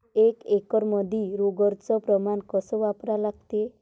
एक एकरमंदी रोगर च प्रमान कस वापरा लागते?